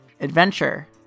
Adventure